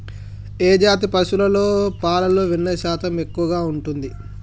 ఏ జాతి పశువుల పాలలో వెన్నె శాతం ఎక్కువ ఉంటది?